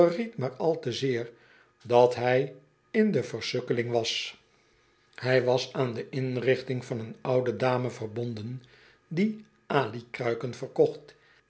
maar al te zeer dat hij in de versukkeling was hij was aan de inrichting van een oude dame verbonden die alikruiken verkocht